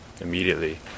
immediately